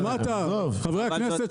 חברי הכנסת,